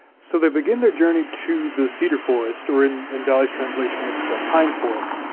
so they begin their journey to the cedar forest, or in in dalley's translation, it's the pine forest.